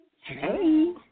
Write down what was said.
Hey